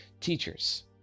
Teachers